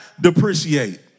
depreciate